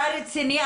אתה רציני?